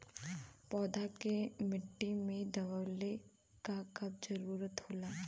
पौधा के मिट्टी में बोवले क कब जरूरत होला